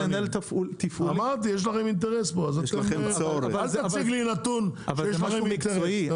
זה משהו מקצועי.